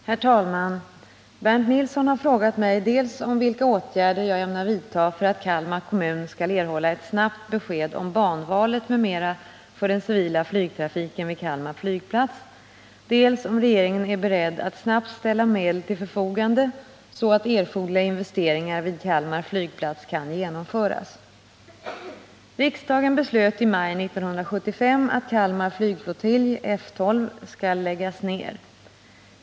Herr talman! Bernt Nilsson har frågat mig dels vilka åtgärder jag ämnar vidta för att Kalmar kommun skall erhålla ett snabbt besked om banvalet m.m. för den civila flygtrafiken vid Kalmar flygplats, dels om regeringen är beredd att snabbt ställa medel till förfogande så att erforderliga investeringar vid Kalmar flygplats kan genomföras. Riksdagen beslöt i maj 1975 att Kalmar flygflottilj, F 12, skall läggas ned.